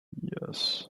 yes